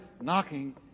knocking